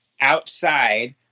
outside